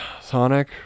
Sonic